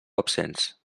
absents